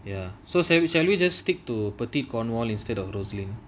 ya so shall shall we just stick to proceed cornwall instead of rosaline